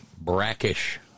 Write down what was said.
brackish